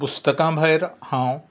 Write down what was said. पुस्तकां भायर हांव